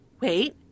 Wait